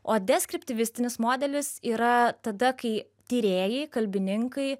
o deskriptivistinis modelis yra tada kai tyrėjai kalbininkai